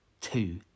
Two